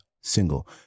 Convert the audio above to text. single